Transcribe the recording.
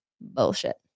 bullshit